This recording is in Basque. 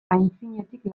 aitzinetik